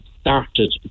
started